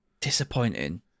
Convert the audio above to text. Disappointing